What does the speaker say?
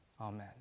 Amen